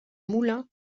moulin